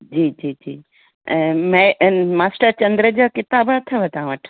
जी जी जी ऐं मए मास्टर चंद्र जा किताब अथव तव्हां वटि